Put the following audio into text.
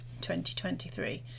2023